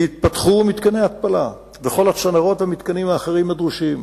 ייפתחו מתקני התפלה ויותקנו כל הצנרות והמתקנים האחרים הדרושים,